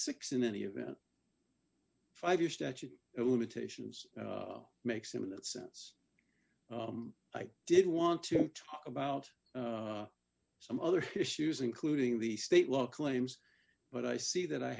six in any event five year statute of limitations makes him in that sense i did want to talk about some other issues including the state law claims but i see that i